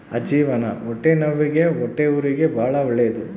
ಅಜ್ಜಿವಾನ ಹೊಟ್ಟೆನವ್ವಿಗೆ ಹೊಟ್ಟೆಹುರಿಗೆ ಬಾಳ ಒಳ್ಳೆದು